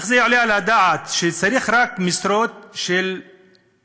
איך עולה על הדעת שצריך רק משרות של 25